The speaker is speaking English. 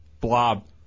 Blob